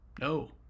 No